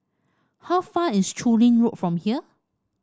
how far away is Chu Lin Road from here